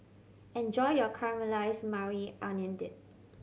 enjoy your Caramelized Maui Onion Dip